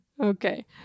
Okay